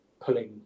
pulling